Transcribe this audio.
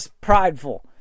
prideful